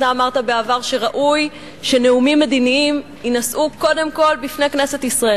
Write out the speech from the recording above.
אתה אמרת בעבר שראוי שנאומים מדיניים יינשאו קודם כול בפני כנסת ישראל,